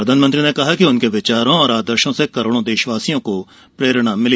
प्रधानमंत्री ने कहा कि उनके विचारों और आदर्शो से करोड़ों दर्दशवासियों को प्रेरणा मिली